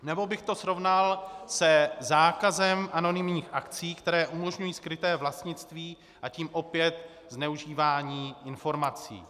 Nebo bych to srovnal se zákazem anonymních akcí, které umožňují skryté vlastnictví, a tím opět zneužívání informací.